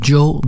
Joe